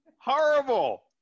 Horrible